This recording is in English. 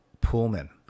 Pullman